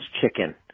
chicken